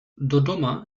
dodoma